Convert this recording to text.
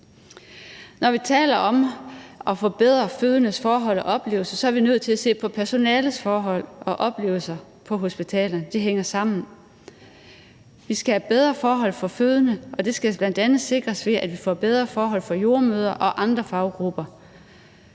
Når vi taler om at forbedre fødendes forhold og oplevelser, er vi nødt til at se på personalets forhold og oplevelser på hospitalerne – det hænger sammen. Vi skal have bedre forhold for fødende, og det skal bl.a. sikres ved, at vi får bedre forhold for jordemødre og andre faggrupper.